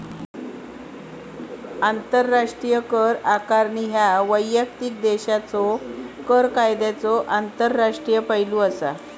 आंतरराष्ट्रीय कर आकारणी ह्या वैयक्तिक देशाच्यो कर कायद्यांचो आंतरराष्ट्रीय पैलू असा